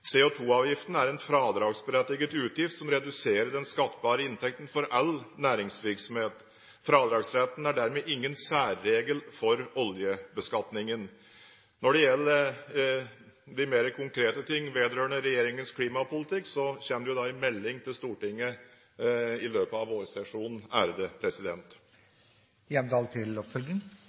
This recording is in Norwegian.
er en fradragsberettiget utgift som reduserer den skattbare inntekten for all næringsvirksomhet. Fradragsretten er dermed ingen særregel for oljebeskatningen. Når det gjelder de mer konkrete ting vedrørende regjeringens klimapolitikk, kommer det en melding til Stortinget i løpet av